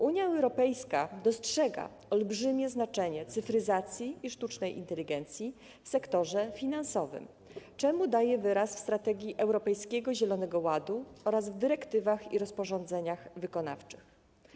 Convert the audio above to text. Unia Europejska dostrzega olbrzymie znaczenie cyfryzacji i sztucznej inteligencji w sektorze finansowym, czemu daje wyraz w strategii Europejskiego Zielonego Ładu oraz w dyrektywach i rozporządzeniach wykonawczych.